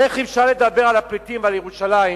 איך אפשר לדבר על הפליטים ועל ירושלים